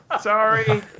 Sorry